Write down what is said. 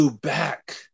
back